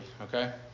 okay